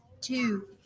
two